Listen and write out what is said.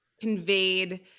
conveyed